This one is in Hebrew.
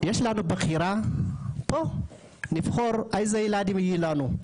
יש לנו בחירה פה נבחר איזה ילדים יהיה לנו,